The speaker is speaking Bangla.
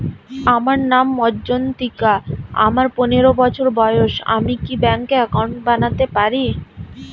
আমার নাম মজ্ঝন্তিকা, আমার পনেরো বছর বয়স, আমি কি ব্যঙ্কে একাউন্ট বানাতে পারি?